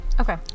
Okay